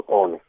on